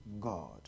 God